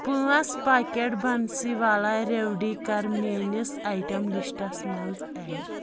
پانٛژھ پاکٮ۪ٹ بنسیٖوالا ریوڈی کَر میٲنِس آیٹم لسٹَس منٛز ایڈ